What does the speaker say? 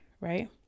right